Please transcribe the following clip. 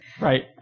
Right